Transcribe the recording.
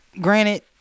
granted